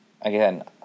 Again